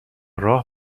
راه